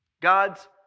God's